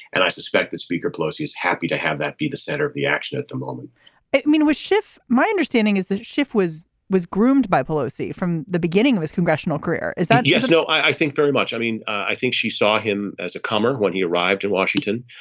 and i suspect that speaker pelosi is happy to have that be the center of the action at the moment i mean was schiff. my understanding is that schiff was was groomed by pelosi from the beginning of his congressional career is that a yes or no. i think very much. i mean i think she saw him as a comer when he arrived in washington.